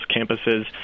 campuses